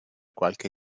qualche